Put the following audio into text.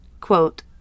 Quote